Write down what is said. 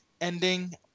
ending